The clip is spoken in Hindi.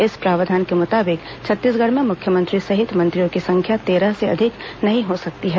इस प्रावधान के मुताबिक छत्तीसगढ़ में मुख्यमंत्री सहित मंत्रियों की संख्या तेरह से अधिक नहीं हो सकती है